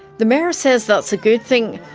the mayor says that's a good thing,